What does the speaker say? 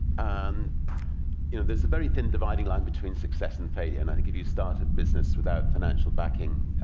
um you know there's a very thin dividing line between success and failure. and i think if you start a business without financial backing,